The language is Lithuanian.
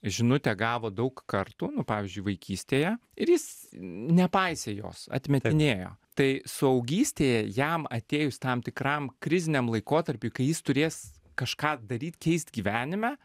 žinutę gavo daug kartų nu pavyzdžiui vaikystėje ir jis nepaisė jos atmetinėjo tai suaugystėje jam atėjus tam tikram kriziniam laikotarpiui kai jis turės kažką daryt keist gyvenime